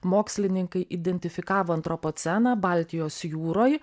mokslininkai identifikavo antropoceną baltijos jūroj